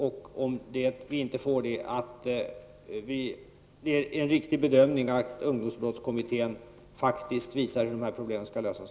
Om vi inte får det, hoppas jag att det är en riktig bedömning att ungdomsbrottskommittén faktiskt kommer att visa hur dessa problem skall lösas.